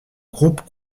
groupe